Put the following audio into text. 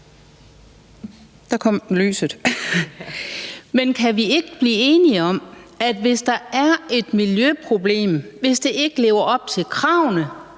Bech (DF): Men kan vi ikke blive enige om, at hvis der er et miljøproblem, altså hvis det ikke lever op til kravene,